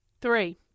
Three